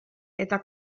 eta